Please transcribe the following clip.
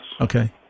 Okay